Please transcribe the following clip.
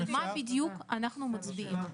על מה בדיוק אנחנו מצביעים?